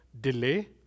delay